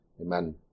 Amen